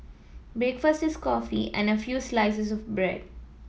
breakfast is coffee and a few slices of bread